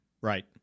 right